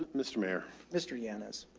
um mr mayor, mr yanas.